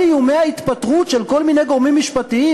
כל איומי ההתפטרות של כל מיני גורמים משפטיים,